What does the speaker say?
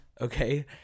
Okay